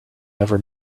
ever